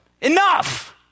enough